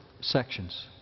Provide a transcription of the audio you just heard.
sections